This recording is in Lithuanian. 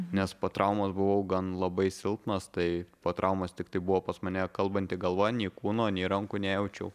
nes po traumos buvau gan labai silpnas tai po traumos tiktai buvo pas mane kalbanti galva nei kūno nei rankų nejaučiau